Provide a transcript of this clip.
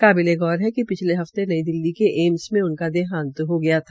काबिले गौर है कि पिछले हफ्ते नई दिल्ली में एम्स में उनका देहांत हो गया था